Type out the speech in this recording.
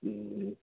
ও